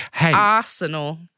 Arsenal